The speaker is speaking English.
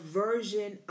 version